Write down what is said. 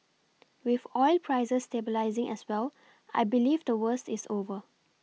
with oil prices stabilising as well I believe the worst is over